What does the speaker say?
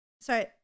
sorry